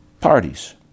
Parties